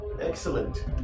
Excellent